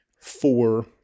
four